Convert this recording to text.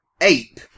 ape